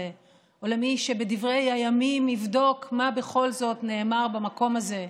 או למי שבדברי הימים יבדוק מה בכל זאת נאמר במקום הזה,